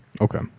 okay